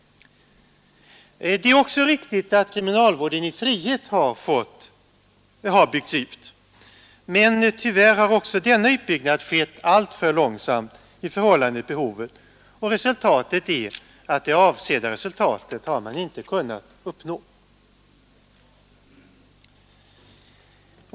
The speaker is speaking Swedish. Det är också riktigt att kriminalvården i frihet har byggts ut, men tyvärr har också denna utbyggnad skett alltför långsamt i förhållande till behovet, och det avsedda resultatet har därför inte kunnat uppnås.